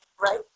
right